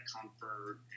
comfort